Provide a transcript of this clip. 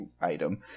item